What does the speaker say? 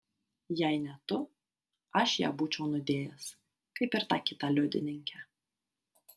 jei ne tu aš ją būčiau nudėjęs kaip ir tą kitą liudininkę